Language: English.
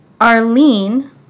Arlene